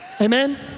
Amen